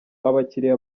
abakiriya